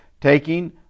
taking